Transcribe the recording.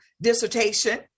dissertation